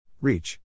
Reach